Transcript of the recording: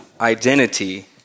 identity